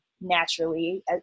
naturally